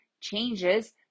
changes